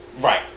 right